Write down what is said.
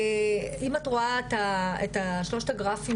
אם את רואה את שלושת הגרפים,